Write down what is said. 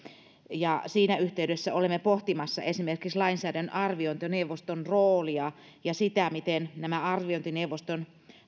niin siinä yhteydessä olemme pohtimassa esimerkiksi lainsäädännön arviointineuvoston roolia ja sitä miten nämä arviointineuvoston